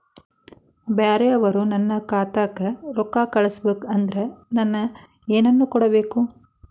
ಬ್ಯಾರೆ ಅವರು ನನ್ನ ಖಾತಾಕ್ಕ ರೊಕ್ಕಾ ಕಳಿಸಬೇಕು ಅಂದ್ರ ನನ್ನ ಏನೇನು ಕೊಡಬೇಕು?